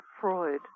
Freud